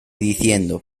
diciendo